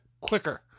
quicker